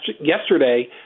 yesterday